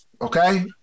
okay